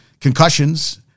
concussions